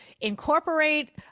incorporate